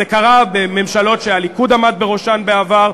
זה קרה בממשלות שהליכוד עמד בראשן בעבר.